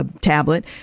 tablet